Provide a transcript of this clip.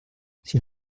sie